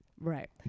Right